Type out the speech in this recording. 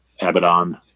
Abaddon